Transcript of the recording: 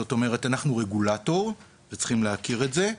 זאת אומרת, אנחנו, וצריכים להכיר את זה,